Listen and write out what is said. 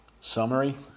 Summary